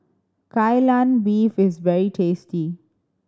Kai Lan Beef is very tasty